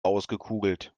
ausgekugelt